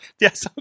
yes